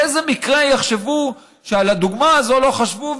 באיזה מקרה יחשבו שעל הדוגמה הזאת לא חשבו,